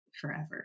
forever